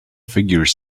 figure